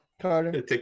Carter